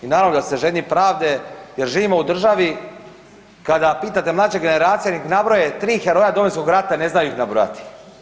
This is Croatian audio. I naravno da ste žedni pravde jer živimo u državi kada pitate mlađe generacije nek nabroje tri heroja Domovinskog rata, ne znaju ih nabrojati.